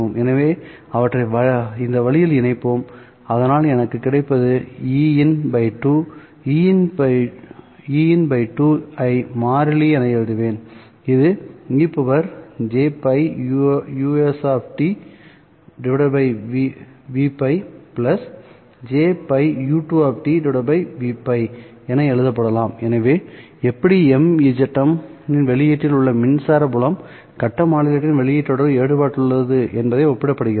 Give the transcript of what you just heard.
எனவே அவற்றை இந்த வழியில் இணைப்போம் அதனால் எனக்கு கிடைப்பதுEin2 Ein2 ஐ மாறிலி என எழுதுவேன் இது என எழுதப்படலாம் எனவே எப்படி MZM இன் வெளியீட்டில் உள்ள மின்சார புலம் கட்ட மாடுலேட்டரின் வெளியீட்டோடு வேறுபாடு உள்ளது என்பதில் ஒப்பிடப்படுகிறது